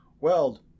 weld